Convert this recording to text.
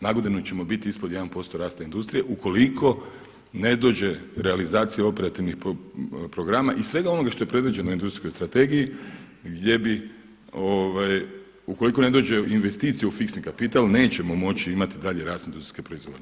Na godinu ćemo biti ispod 1% rasta industrije ukoliko ne dođe realizacija operativnih programa i svega onoga što je predviđeno u industrijskoj strategiji gdje bi ukoliko ne dođe investicija u fiksni kapital nećemo moći imati dalje rast industrijske proizvodnje.